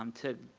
um to